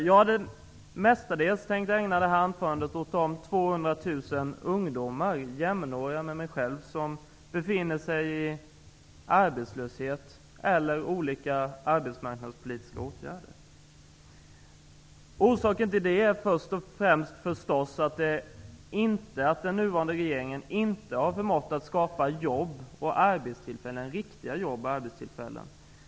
Jag hade tänkt ägna det mesta av det här anförandet åt de 200 000 ungdomar -- jämnåriga med mig själv -- som är arbetslösa eller befinner sig i olika arbetsmarknadspolitiska åtgärder. Orsaken till deras situation är först och främst förstås att den nuvarande regeringen inte har förmått att skapa riktiga jobb och arbetstillfällen.